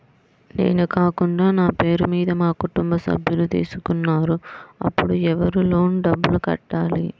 నేను కాకుండా నా పేరు మీద మా కుటుంబ సభ్యులు తీసుకున్నారు అప్పుడు ఎవరు లోన్ డబ్బులు కట్టాలి?